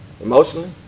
emotionally